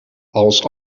als